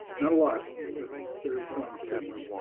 not a lot, but there are some, certainly.